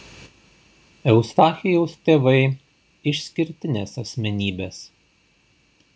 eustachijaus tėvai išskirtinės asmenybės